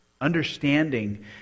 understanding